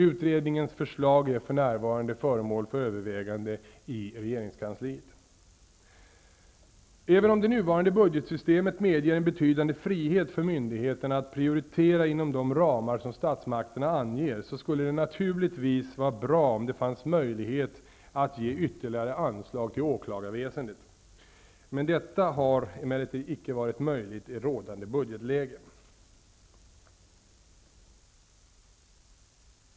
Utredningens förslag är för närvarande föremål för övervägande i regeringskansliet. Även om det nuvarande budgetsystemet medger en betydande frihet för myndigheterna att prioritera inom de ramar som statsmakterna anger, skulle det naturligtvis vara bra om det fanns möjlighet att ge ytterligare anslag till åklagarväsendet. Detta har emellertid inte varit möjligt i rådande budgetläge.